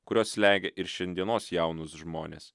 kurios slegia ir šiandienos jaunus žmones